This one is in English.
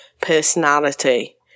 personality